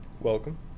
Welcome